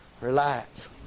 Relax